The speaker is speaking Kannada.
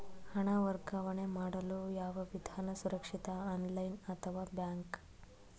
ಹಣ ವರ್ಗಾವಣೆ ಮಾಡಲು ಯಾವ ವಿಧಾನ ಸುರಕ್ಷಿತ ಆನ್ಲೈನ್ ಅಥವಾ ಬ್ಯಾಂಕ್?